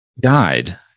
died